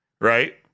right